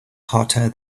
hotter